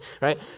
right